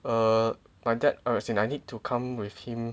err my dad err as in I need to come with him